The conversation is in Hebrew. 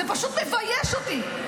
זה פשוט מבייש אותי.